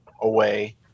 away